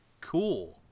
cool